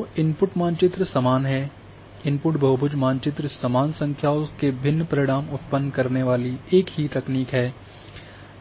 तो इनपुट मानचित्र समान है इनपुट बहुभुज मानचित्र समान संख्याओं के भिन्न परिणाम उत्पन्न करने वाली एक ही तकनीक है